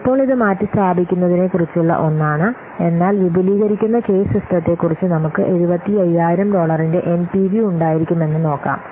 ഇപ്പോൾ ഇത് മാറ്റിസ്ഥാപിക്കുന്നതിനെക്കുറിച്ചുള്ള ഒന്നാണ് എന്നാൽ വിപുലീകരിക്കുന്ന കേസ് സിസ്റ്റത്തെക്കുറിച്ച് നമുക്ക് 75000 ഡോളറിന്റെ എൻപിവി ഉണ്ടായിരിക്കുമെന്ന് നോക്കാം